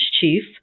Chief